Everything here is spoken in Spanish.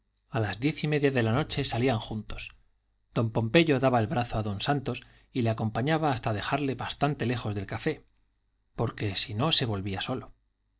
a las diez y media de la noche salían juntos don pompeyo daba el brazo a don santos y le acompañaba hasta dejarle bastante lejos del café porque si no se volvía solo